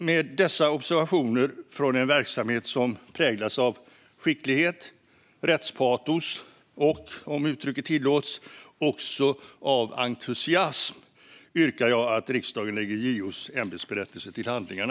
Med dessa observationer gällande en verksamhet som präglas av skicklighet, rättspatos och, om uttrycket tillåts, också av entusiasm yrkar jag bifall till att riksdagen lägger JO:s ämbetsberättelse till handlingarna.